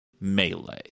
melee